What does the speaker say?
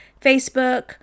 Facebook